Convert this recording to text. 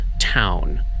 town